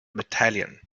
battalion